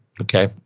Okay